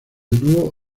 dúo